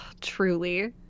Truly